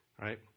right